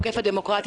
עוקף הדמוקרטיה,